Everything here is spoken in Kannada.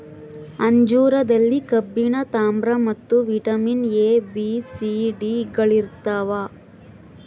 ಅಂಜೂರದಲ್ಲಿ ಕಬ್ಬಿಣ ತಾಮ್ರ ಮತ್ತು vitamin A B C D ಗಳಿರ್ತಾವ